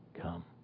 Come